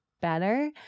better